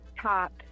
top